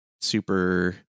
super